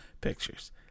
pictures